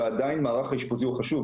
ועדיין מערך האשפוזי הוא חשוב,